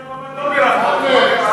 כשליצמן היה מועמד לא בירכתם אותו, מה קרה?